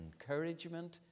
encouragement